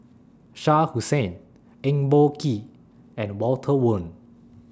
Shah Hussain Eng Boh Kee and Walter Woon